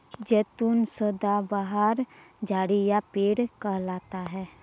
जैतून सदाबहार झाड़ी या पेड़ कहलाता है